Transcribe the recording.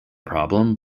problem